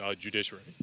judiciary